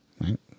right